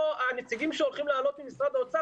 הנציגים ממשרד האוצר שהולכים לעלות לדיון,